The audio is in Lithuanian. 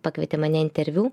pakvietė mane interviu